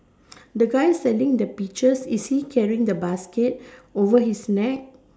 the guy selling the peaches is he carrying the basket over his neck